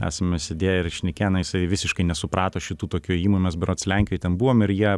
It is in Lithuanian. esame sėdėję ir šnekėję na jisai visiškai nesuprato šitų tokių ėjimų nes berods lenkijoje ten buvom ir jie